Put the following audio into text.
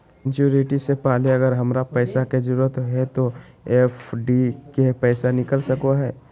Maturity से पहले अगर हमरा पैसा के जरूरत है तो एफडी के पैसा निकल सको है?